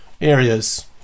areas